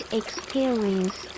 experience